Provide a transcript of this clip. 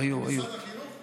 ממשרד החינוך?